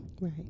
right